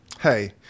Hey